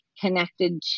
connected